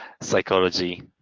psychology